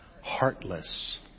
heartless